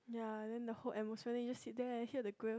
ya then the whole atmosphere you just sit there and hear the grill